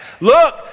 Look